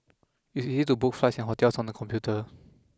it is easy to book flights and hotels on the computer